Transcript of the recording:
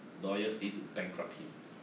the lawyer fee to bankrupt him